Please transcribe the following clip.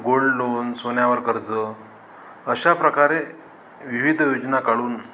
gold loan सोन्यावर कर्ज अशा प्रकारे विविध योजना काढून